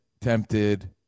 Tempted